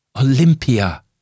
OLYMPIA